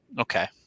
Okay